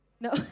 No